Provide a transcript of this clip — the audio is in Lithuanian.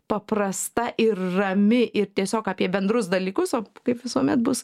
paprasta ir rami ir tiesiog apie bendrus dalykus o kaip visuomet bus